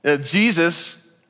Jesus